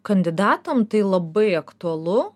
kandidatam tai labai aktualu